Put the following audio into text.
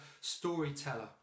storyteller